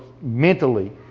mentally